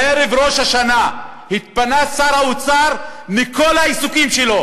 בערב ראש השנה התפנה שר האוצר מכל העיסוקים שלו